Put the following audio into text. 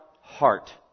heart